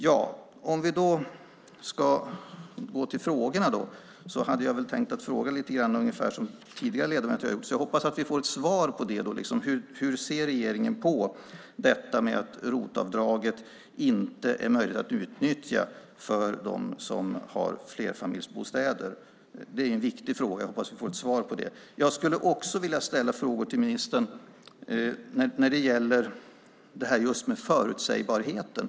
Jag övergår nu till frågorna, och jag hade tänkt ställa ungefär samma frågor som tidigare ledamöter har ställt. Jag hoppas att vi får ett svar på hur regeringen ser på detta med att ROT-avdraget inte är möjligt att utnyttja för dem som bor i flerfamiljsbostäder. Det är en viktig fråga, så jag hoppas att vi får ett svar på den. Jag skulle också vilja ställa frågor till ministern när det gäller just det här med förutsägbarheten.